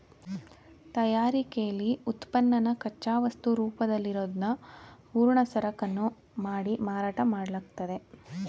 ತಯಾರಿಕೆಲಿ ಉತ್ಪನ್ನನ ಕಚ್ಚಾವಸ್ತು ರೂಪದಲ್ಲಿರೋದ್ನ ಪೂರ್ಣ ಸರಕನ್ನು ಮಾಡಿ ಮಾರಾಟ ಮಾಡ್ಲಾಗ್ತದೆ